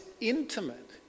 intimate